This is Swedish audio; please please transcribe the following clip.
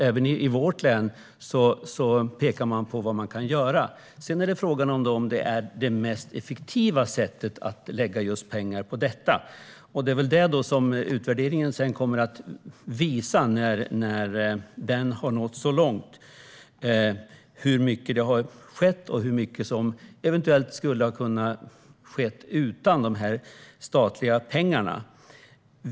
Även i vårt län pekar man på vad man kan göra. Sedan är frågan om det är det mest effektiva sättet att lägga pengar på detta. Det är väl det som utvärderingen sedan kommer att visa: Hur mycket har skett, och hur mycket skulle eventuellt ha kunnat ske utan de statliga pengarna?